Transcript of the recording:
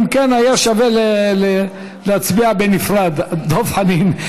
אם כן, היה שווה להצביע בנפרד, דב חנין.